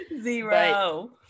Zero